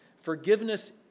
Forgiveness